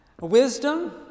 Wisdom